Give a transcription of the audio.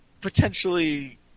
potentially